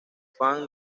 fans